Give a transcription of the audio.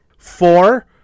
Four